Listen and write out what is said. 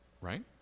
right